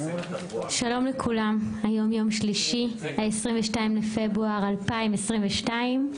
שלום לכולם, היום יום שלישי, ה-24 בפברואר 2022,